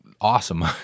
awesome